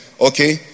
Okay